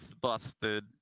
busted